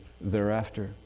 thereafter